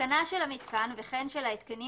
ההתקנה של המיתקן וכן של ההיתקנים